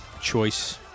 choice